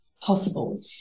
possible